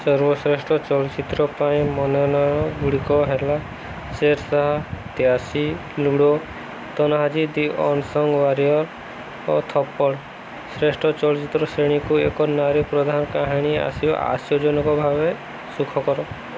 ସର୍ବଶ୍ରେଷ୍ଠ ଚଳଚ୍ଚିତ୍ର ପାଇଁ ମନୋନୟନ ଗୁଡ଼ିକ ହେଲା Shershaah ludo Tanhaji the unsung warrior ଓ ଥପ୍ପଡ଼ ଶ୍ରେଷ୍ଠ ଚଳଚ୍ଚିତ୍ର ଶ୍ରେଣୀକୁ ଏକ ନାରୀ ପ୍ରଧାନ କାହାଣୀ ଆସିବା ଆଶ୍ଚର୍ଯ୍ୟଜନକ ଭାବେ ସୁଖକର